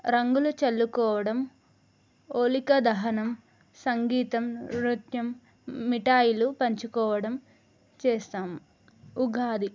రంగులు చల్లుకోవడం హోళికా దహనం సంగీతం నృత్యం మిఠాయిలు పంచుకోవడం చేస్తాము ఉగాది